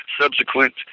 subsequent